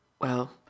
Well